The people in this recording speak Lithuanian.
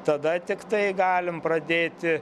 tada tiktai galim pradėti